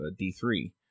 D3